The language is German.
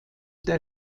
der